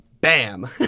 Bam